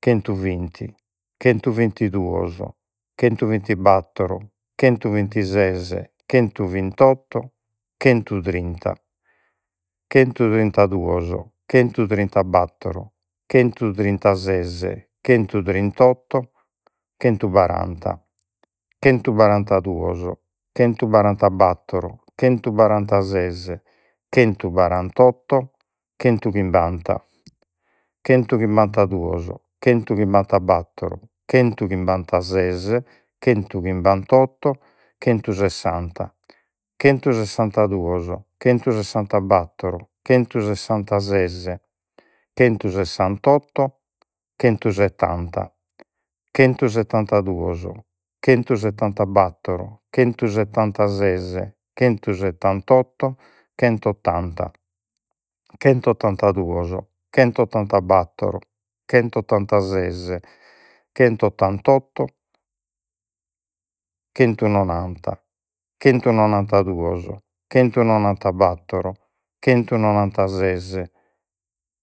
chentuvinti chentuvintiduos chentuvintibattoro chentuvintises chentuvintotto chentutrinta chentutrintaduos chentutrintabattor chentutrintases chentutrintotto chentubaranta chentubarantaduos chentubarantabattor chentubarantases chentubarantottochentuchimbanta chentuchimbantaduos chentuchimbantabattor chentuchimbantases chentuchinbantotto chentusessanta chentusessantaduos chentusessantabattor chentusessantases chentusessantotto chentusettanta chentusettantaduos chentusettantabattor chentusettantases chentusettantotto chentottanta chentottantaduos chentottantabattor chentottantases chentottantotto chentunonanta chentunonantaduos chentunonantabattor chentunonantases